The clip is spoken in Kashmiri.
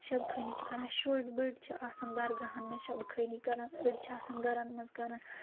شَبخنی چھِ کَران شُرۍ بٔڑۍ چھِ آسان درگاہَن منٛز شَبخنی کَران أڑۍ چھِ آسان گَرَن منٛز کَران